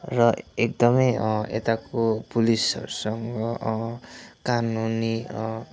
र एकदमै यताको पुलिसहरूसँग कानुनी